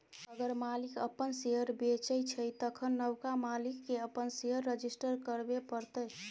अगर मालिक अपन शेयर बेचै छै तखन नबका मालिक केँ अपन शेयर रजिस्टर करबे परतै